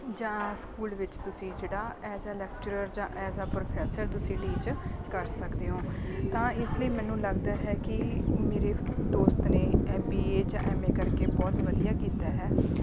ਜਾਂ ਸਕੂਲ ਵਿੱਚ ਤੁਸੀਂ ਜਿਹੜਾ ਐਜ ਆ ਲੈਕਚਰਰ ਜਾਂ ਐਜ ਆ ਪ੍ਰੋਫੈਸਰ ਤੁਸੀਂ ਟੀਚ ਕਰ ਸਕਦੇ ਹੋ ਤਾਂ ਇਸ ਲਈ ਮੈਨੂੰ ਲੱਗਦਾ ਹੈ ਕਿ ਮੇਰੇ ਦੋਸਤ ਨੇ ਬੀ ਏ ਜਾਂ ਐੱਮ ਏ ਕਰਕੇ ਬਹੁਤ ਵਧੀਆ ਕੀਤਾ ਹੈ